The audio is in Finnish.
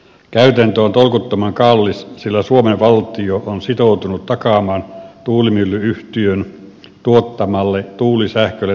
käytäntö on tolkuttoman kallis sillä suomen valtio on sitoutunut takaamaan tuulimylly yhtiön tuottamalle tuulisähkölle takuuhinnan